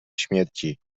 śmierci